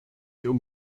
euch